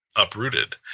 uprooted